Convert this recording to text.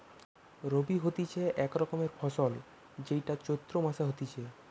রবি হতিছে এক রকমের ফসল যেইটা চৈত্র মাসে হতিছে